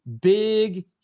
big